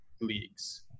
leagues